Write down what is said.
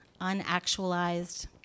unactualized